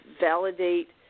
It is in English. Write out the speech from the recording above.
validate